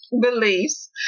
beliefs